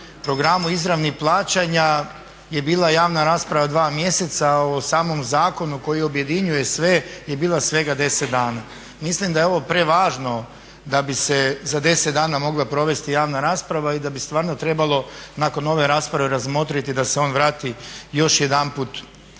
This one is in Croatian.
programu izravnih plaćanja je bila javna rasprava 2 mjeseca o samom zakonu koji objedinjuje sve je bila svega 10 dana. Mislim da je ovo prevažno da bi se za 10 dana mogla provesti javna rasprava i da bi trebalo nakon ove rasprave razmotriti da se on vrati još jedanput